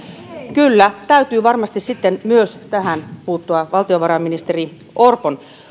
kyllä täytyy varmasti sitten myös tähän puuttua valtiovarainministeri orpon